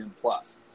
plus